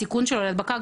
הסיכון שלו להדבקה,